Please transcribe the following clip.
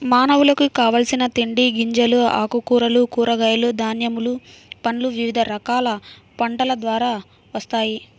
మానవులకు కావలసిన తిండి గింజలు, ఆకుకూరలు, కూరగాయలు, ధాన్యములు, పండ్లు వివిధ రకాల పంటల ద్వారా వస్తాయి